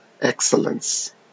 excellence